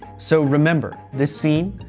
so remember this scene?